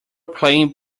playing